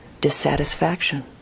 dissatisfaction